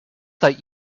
that